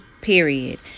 period